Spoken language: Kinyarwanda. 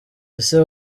ese